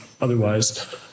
otherwise